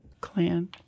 clan